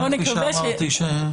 כפי שאמרתי,